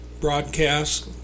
broadcast